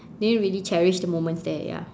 didn't really cherish the moments there ya